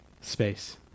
space